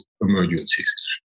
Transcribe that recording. emergencies